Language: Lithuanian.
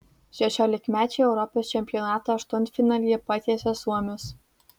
šešiolikmečiai europos čempionato aštuntfinalyje patiesė suomius